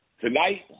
tonight